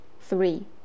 Three